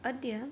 अद्य